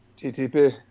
ttp